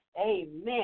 Amen